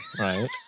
right